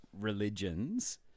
religions